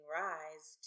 rise